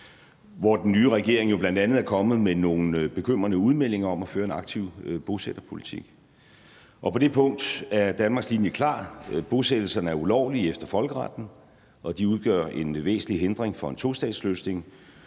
hvor den nye regering jo bl.a. er kommet med nogle bekymrende udmeldinger om at føre en aktiv bosætterpolitik. På det punkt er Danmarks linje klar: Bosættelserne er ulovlige efter folkeretten, og de udgør en væsentlig hindring for en tostatsløsning.